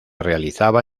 realizaba